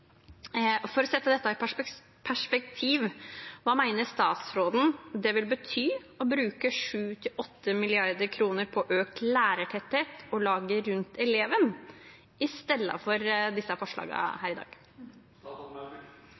For å sette dette i perspektiv: Hva mener statsråden det vil bety å bruke 7–8 mrd. kr på økt lærertetthet og laget rundt eleven i stedet for disse forslagene her i dag?